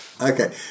Okay